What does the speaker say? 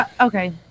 Okay